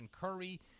Curry